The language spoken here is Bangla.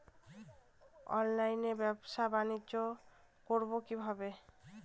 অনলাইনে ব্যবসা বানিজ্য করব কিভাবে?